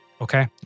Okay